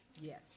Yes